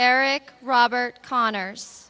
eric robert connors